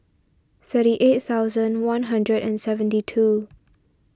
thirty eight thousand one hundred and seventy two